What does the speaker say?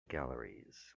galleries